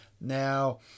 Now